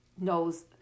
knows